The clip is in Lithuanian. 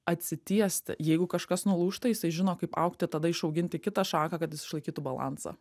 atsitiesti jeigu kažkas nulūžta jisai žino kaip augti tada išauginti kitą šaką kad jis išlaikytų balansą